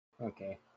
Okay